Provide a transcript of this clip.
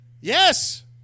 Yes